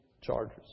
charges